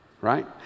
right